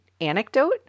anecdote